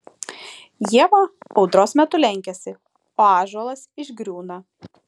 ieva audros metu lenkiasi o ąžuolas išgriūna